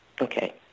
okay